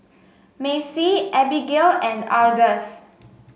Macey Abigayle and Ardath